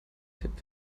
tipp